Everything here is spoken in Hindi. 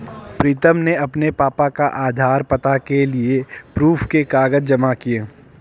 प्रीतम ने अपने पापा का आधार, पता के लिए प्रूफ के कागज जमा किए